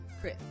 chris